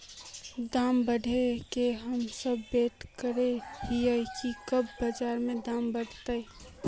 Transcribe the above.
दाम बढ़े के हम सब वैट करे हिये की कब बाजार में दाम बढ़ते?